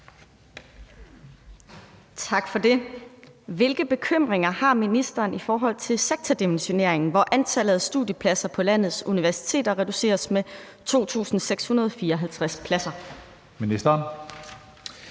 Robsøe (RV): Hvilke bekymringer har ministeren i forhold til sektordimensioneringen, hvor antallet af studiepladser på landets universiteter reduceres med 2.654 pladser? Tredje